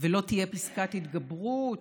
לא תהיה פסקת התגברות,